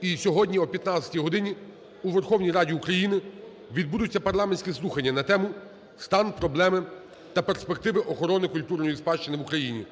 І сьогодні о 15 годині у Верховній Раді України відбудуться парламентські слухання на тему: "Стан, проблеми та перспективи охорони культурної спадщини в Україні".